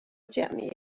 جمعیت